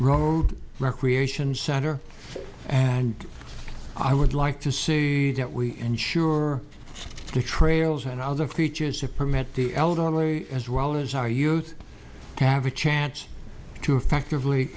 road recreation center and i would like to see that we ensure the trails and other features to permit the elderly as well as our youth to have a chance to effectively